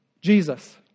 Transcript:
Jesus